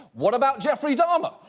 what about jeffrey dahmer?